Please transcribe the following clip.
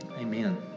amen